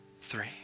three